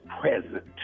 present